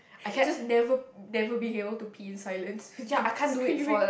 just never never be able to pee in silence they'll be screaming